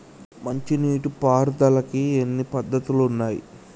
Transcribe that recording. మంచి నీటి పారుదలకి ఎన్ని పద్దతులు ఉన్నాయి?